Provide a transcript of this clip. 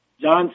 John